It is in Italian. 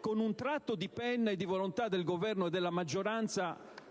con un tratto di penna e di volontà del Governo e della maggioranza,